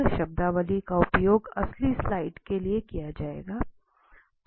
तो इस शब्दावली का उपयोग अगली स्लाइड्स में किया जाएगा